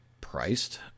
priced